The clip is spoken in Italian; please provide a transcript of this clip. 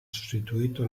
sostituito